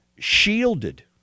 shielded